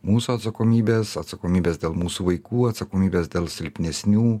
mūsų atsakomybės atsakomybės dėl mūsų vaikų atsakomybės dėl silpnesnių